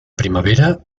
primavera